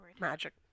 Magic